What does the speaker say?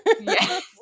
Yes